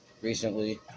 recently